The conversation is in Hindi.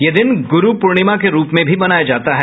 यह दिन गुरु पूर्णिमा के रूप में भी मनाया जाता हैं